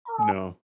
No